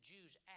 Jews